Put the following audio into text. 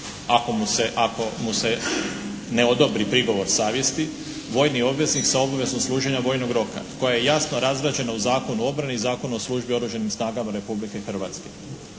ako mu se ne odobri prigovor savjesti vojni obveznik sa obaveznom služenja vojnog roka, koja je jasno razrađena u Zakonu o obrani i Zakonu o službi u Oružanim snagama Republike Hrvatske.